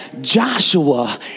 joshua